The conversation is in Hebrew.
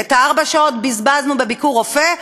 ארבע שעות בזבזנו ב"ביקורופא",